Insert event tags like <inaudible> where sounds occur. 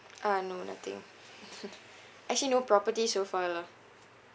uh no nothing <laughs> actually no property so far lah